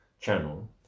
channel